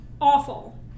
Awful